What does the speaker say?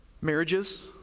Marriages